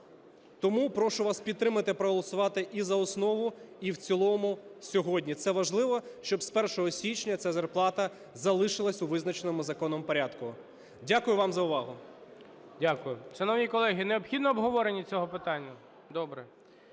Тому прошу вас підтримати, проголосувати і за основу, і в цілому сьогодні. Це важливо, щоб з 1 січня ця зарплата залишилася у визначеному законом порядку. Дякую вам за увагу. ГОЛОВУЮЧИЙ. Дякую. Шановні колеги, необхідне обговорення цього питання? Добре.